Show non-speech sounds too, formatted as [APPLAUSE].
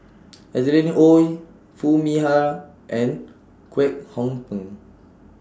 [NOISE] Adeline Ooi Foo Mee Har and Kwek Hong Png